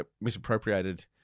misappropriated